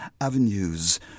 avenues